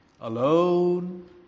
alone